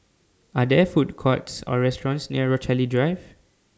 Are There Food Courts Or restaurants near Rochalie Drive